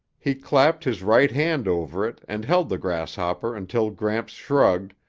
he clapped his right hand over it and held the grasshopper until gramps shrugged,